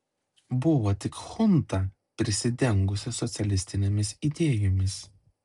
buvo tik chunta prisidengusi socialistinėmis idėjomis